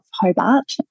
Hobart